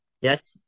Yes